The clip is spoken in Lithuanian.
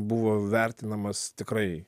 buvo vertinamas tikrai